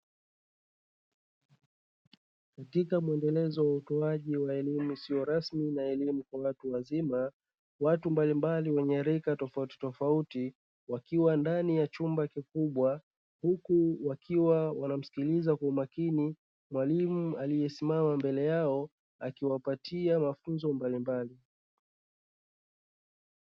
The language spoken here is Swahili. Katika mwendelezo wa utoaji wa elimu isiyo rasmi na elimu kwa watu wazima watu mbalimbali wenye rika tofauti tofauti wakiwa ndani ya chumba kikubwa huku wakiwa wanamsikiliza kwa umakini mwalimu aliyesimama mbele yao akiwapatia mafunzo mbalimbali.